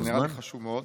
כי זה נראה לי חשוב מאוד.